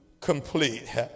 complete